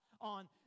on